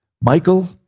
Michael